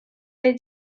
reis